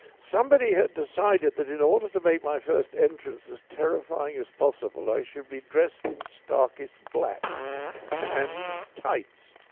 somebody had decided that in order to make my first entrance as terrifying as possible, i should be dressed in starkest black and tights.